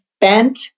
bent